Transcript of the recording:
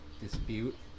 dispute